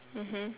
mmhmm